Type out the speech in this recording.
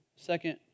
Second